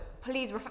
please